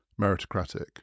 meritocratic